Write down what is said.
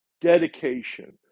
dedication